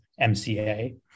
MCA